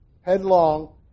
headlong